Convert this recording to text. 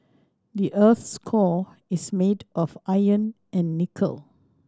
the earth's core is made of iron and nickel